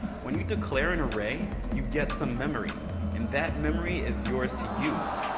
when you declare an array you get some memory and that memory is yours to use.